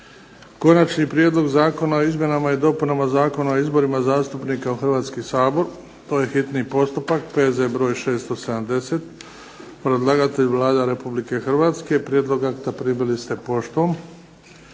Konačni prijedlog zakona o izmjenama i dopunama Zakona o izborima zastupnika u Hrvatski sabor, hitni postupak, prvo i drugo čitanje, P.Z. br. 670. Predlagatelj Vlada Republike Hrvatske, prijedlog akta primili ste poštom.